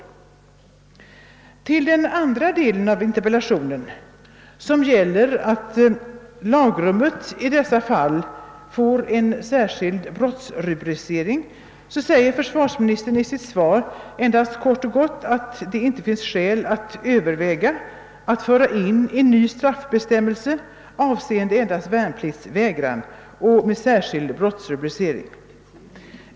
Beträffande den andra delen av min interpellation, där jag begär att lag rummet för dessa fall skall få en särskild brottsrubricering, anför försvarsministern i sitt svar endast helt kort att det inte finns skäl att överväga införande av en ny straffbestämmelse avseende endast värnpliktsvägran och med särskild brottsrubricering.